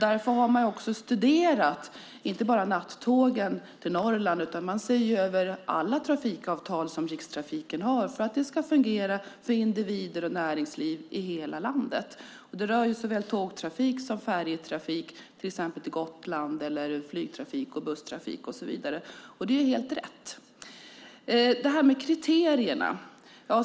Därför har man inte bara studerat nattågen till Norrland, utan man ser över alla trafikavtal som Rikstrafiken har för att det ska fungera för individer och näringsliv i hela landet. Det rör såväl tågtrafik som färjetrafik, till exempel till Gotland, flygtrafik, busstrafik och så vidare, och det är helt rätt.